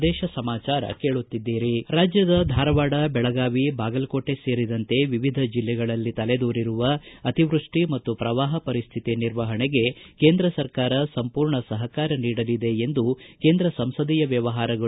ಪ್ರದೇಶ ಸಮಾಚಾರ ಕೇಳುತ್ತಿದ್ದೀರಿ ರಾಜ್ಯದ ಧಾರವಾಡ ಬೆಳಗಾವಿ ಬಾಗಲಕೋಟ ಸೇರಿದಂತೆ ವಿವಿಧ ಜಿಲ್ಲೆಗಳಲ್ಲಿ ತಲೆದೋರಿರುವ ಅತಿವೃಷ್ಷಿ ಮತ್ತು ಪ್ರವಾಹ ಪರಿಸ್ಥಿತಿ ನಿರ್ವಹಣೆಗೆ ಕೇಂದ್ರ ಸರ್ಕಾರ ಸಂಪೂರ್ಣ ಸಹಕಾರ ನೀಡಲಿದೆ ಎಂದು ಕೇಂದ್ರ ಸಂಸದೀಯ ವ್ಯವಹಾರಗಳು